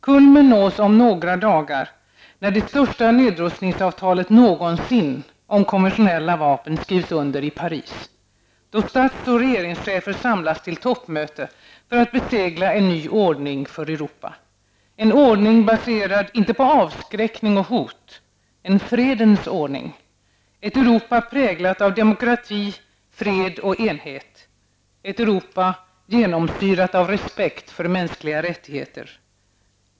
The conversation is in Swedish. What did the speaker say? Kulmen nås om några dagar när det största nedrustningsavtalet någonsin om konventionella vapen skrivs under i Paris, då stats och regeringschefer samlas till ett toppmöte för att besegla en ny ordning för Europa: En ordning baserad inte på avskräckning och hot. En fredens ordning. Ett Europa präglat av demokrati, fred och enhet. Ett Europa genomsyrat av respekt för mänskliga rättigheter.